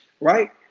Right